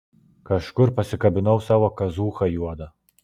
kažkur pasikabinau savo kazūchą juodą